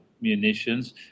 munitions